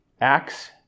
Acts